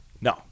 No